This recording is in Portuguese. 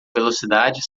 velocidade